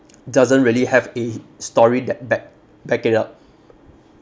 doesn't really have a story that back back it up